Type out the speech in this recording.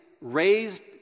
raised